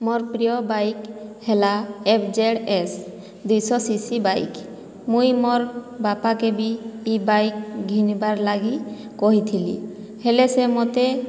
ମୋର ପ୍ରିୟ ବାଇକ୍ ହେଲା ଏଫ୍ଜେଡ୍ଏସ୍ ଦୁଇଶହ ସିସି ବାଇକ୍ ମୁଁ ମୋର ବାପାଙ୍କୁ ବି ଇ ବାଇକ୍ ଘିନ୍ବାର ଲାଗି କହିଥିଲି ହେଲେ ସେ ମୋତେ